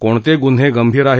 कोणते गुन्हे गंभीर आहेत